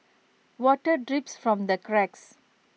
water drips from the cracks